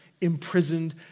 imprisoned